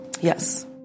Yes